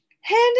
Hand